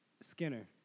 Skinner